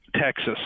Texas